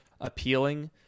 appealing